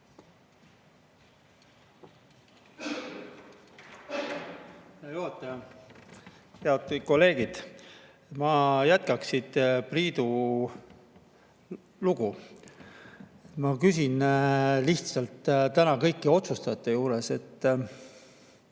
Hea juhataja! Head kolleegid! Ma jätkaks Priidu lugu. Ma küsin lihtsalt täna kõigi otsustajate juures, et